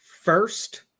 First